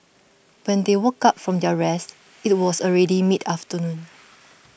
when they woke up from their rest it was already mid afternoon